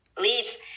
leads